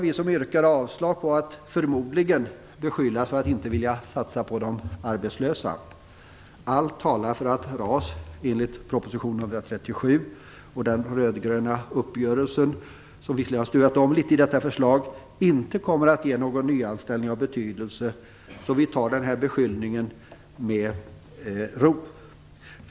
Vi som yrkar avslag kommer förmodligen att beskyllas för att inte vilja satsa på de arbetslösa. Men allt talar för att RAS enligt proposition 137 och den röd-gröna uppgörelsen inte kommer att ge någon nyanställning av betydelse, även om man stuvat om litet i detta förslag. Vi tar därför den beskyllningen med ro.